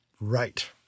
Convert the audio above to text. Right